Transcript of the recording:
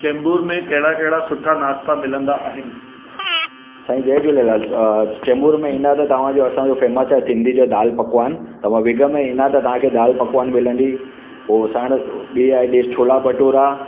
चेम्बूर में कहिड़ा कहिड़ा सुठा नाश्ता मिलंदा आहिनि साईं जय झूलेलाल चेम्बूर में ईंदा त तव्हांजो असांजो फेमस आहे सिंधी जो दाल पकवान तव्हां विग में ईंदा त तव्हां खे दाल पकवान मिलंदी पोइ साण ॿी आहे डिश छोला भटूरा